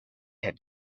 had